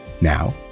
now